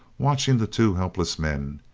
watching the two helpless men.